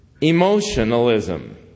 emotionalism